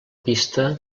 pista